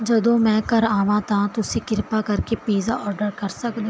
ਜਦੋਂ ਮੈਂ ਘਰ ਆਵਾਂ ਤਾਂ ਤੁਸੀਂ ਕਿਰਪਾ ਕਰਕੇ ਪੀਜ਼ਾ ਆਰਡਰ ਕਰ ਸਕਦੇ ਹੋ